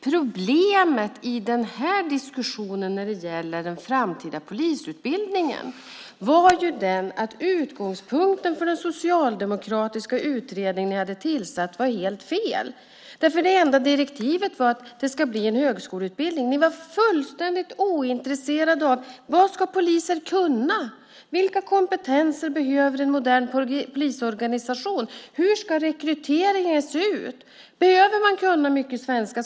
Problemet i den här diskussionen, när det gäller den framtida polisutbildningen, var ju att utgångspunkten för den socialdemokratisk utredning som ni hade tillsatt var helt fel. Det enda direktivet var att det ska bli en högskoleutbildning. Ni var fullständigt ointresserade av frågor som: Vad ska poliser kunna? Vilka kompetenser behöver en modern polisorganisation? Hur ska rekryteringen se ut? Behöver man kunna mycket svenska?